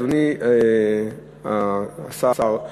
אדוני השר,